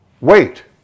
wait